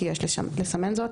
כי יש לסמן זאת,